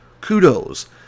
Kudos